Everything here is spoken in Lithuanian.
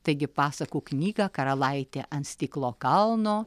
taigi pasakų knygą karalaitė ant stiklo kalno